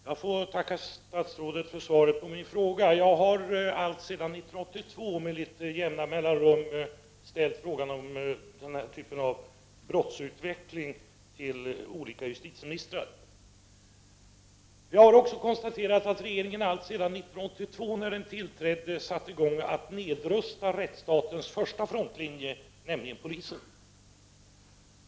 Herr talman! Jag tackar statsrådet för svaret på min fråga. Jag har alltsedan 1982 med jämna mellan rum ställt frågan om utvecklingen av denna typ av brottslighet till olika justitieministrar. Jag har också konstaterat att regeringen 1982 när den tillträdde satte i gång att nedrusta rättsstatens första frontlinje, nämligen polisen.